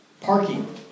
Parking